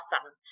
awesome